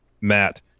Matt